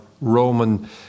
roman